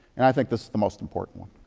and i think this is the most important one.